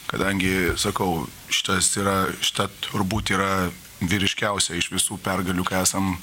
kadangi sakau šitas yra šita turbūt yra vyriškiausia iš visų pergalių ką esam